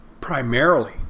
primarily